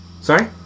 Sorry